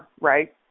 right